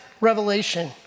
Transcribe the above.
revelation